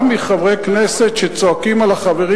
גם הערות מחברי כנסת שצועקים על החברים